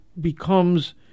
becomes